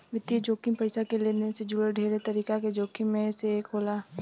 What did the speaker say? वित्तीय जोखिम पईसा के लेनदेन से जुड़ल ढेरे तरीका के जोखिम में से एक होला